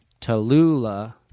Tallulah